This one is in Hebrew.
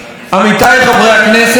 עמיתיי חברי הכנסת,